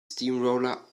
steamroller